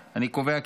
הצבעה.